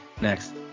Next